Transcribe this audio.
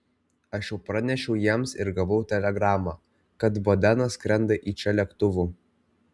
aš jau pranešiau jiems ir gavau telegramą kad bodenas skrenda į čia lėktuvu